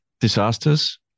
disasters